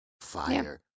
fire